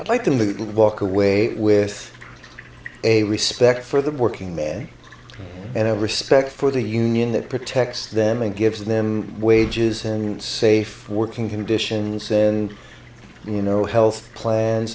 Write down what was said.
like the loot and walk away with a respect for the working men and a respect for the union that protects them and gives them wages and safe working conditions and you know health plans